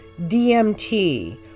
dmt